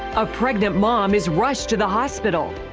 a pregnant mom is rushed to the hospital.